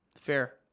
fair